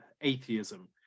atheism